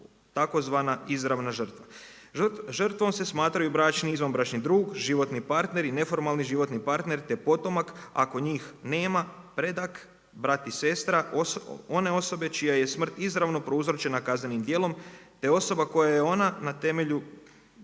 tzv. izravna žrtva. Žrtvom se smatraju bračni i izvanbračni drug, životni partner i neformalni životni partner, te potomak ako njih nema, predak, brat i sestra, one osobe čija je smrt izravno prouzročena kaznenim djelom te osoba kojoj je ona na temelju